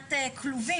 בניית לול,